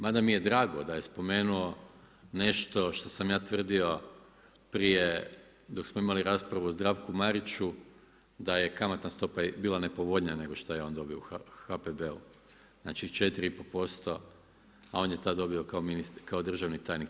Ma da mi je drago da je spomenuo nešto šta sam ja tvrdio prije dok smo imali raspravu o Zdravku Mariću da je kamatna stopa bila nepovoljnija nego šta je on dobio u HPB-u, znači 4,5% a on je tada dobio kao državni tajnik 4%